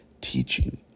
teaching